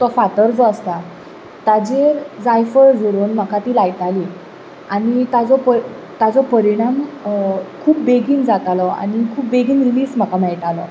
तो फातर जो आसता ताचेर जायफळ झरोवन म्हाका ती लायताली आनी ताजो प ताजो परिणाम खूब बेगीन जातालो आनी खूब बेगीन रिलीफ म्हाका मेळटालो